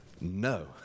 No